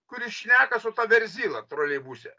kuris šneka su ta verzila troleibuse